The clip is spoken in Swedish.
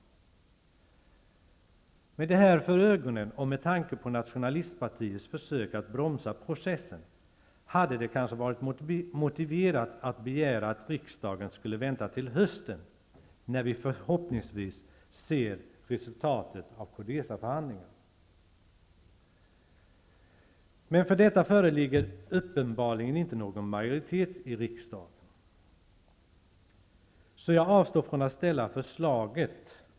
Med det här för ögonen och med tanke på nationalistpartiets försök att bromsa processen, hade det kanske varit motiverat att begära att riksdagen skulle vänta till hösten, när vi förhoppningsvis ser resultatet av Codesaförhandlingarna. Men för detta föreligger uppenbarligen inte någon majoritet i riksdagen, så jag avstår från att ställa förslaget.